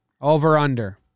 over-under